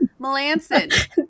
Melanson